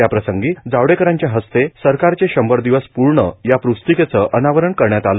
या प्रसंगी जावडेकरांच्या हस्ते सरकारचे शंभर दिवस पूर्ण या पुस्तिकेचं अनावरण करण्यात आलं